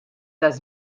taż